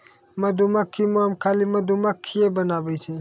मधुमक्खी मोम खाली मधुमक्खिए बनाबै छै